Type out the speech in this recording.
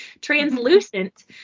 translucent